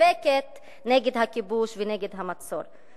ונאבקת נגד הכיבוש ונגד המצור.